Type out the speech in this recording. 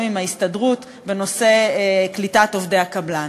עם ההסתדרות בנושא קליטת עובדי הקבלן.